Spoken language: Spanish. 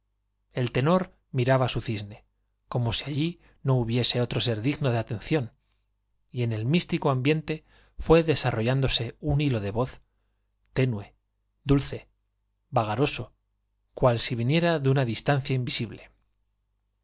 una tenor miraba su cisne como si allí no hubiese otro ser digno de atención y en el místico ambiente fué desarrollándose un hilo de voz tenue dulce vaga roso cual si viniera de una distancia lnvisible